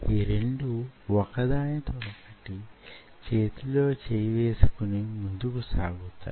ఈ రెండూ వొక దానితో వొకటి చేతులో చెయ్యి వేసుకుని ముందుకు సాగుతాయి